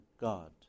God